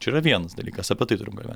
čia yra vienas dalykas apie turim kalbėt